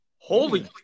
Holy